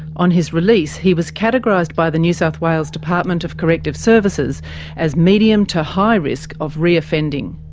on his release, he was categorised by the new south wales department of corrective services as medium to high risk of re-offending.